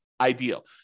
ideal